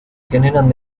generan